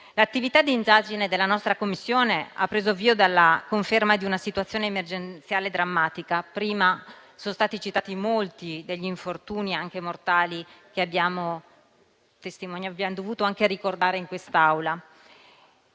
L'attività di indagine della nostra Commissione ha preso avvio dalla conferma di una situazione emergenziale drammatica. Prima sono stati citati molti degli infortuni anche mortali che abbiamo dovuto ricordare anche in quest'Aula;